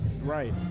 Right